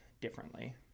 differently